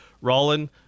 Rollin